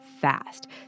fast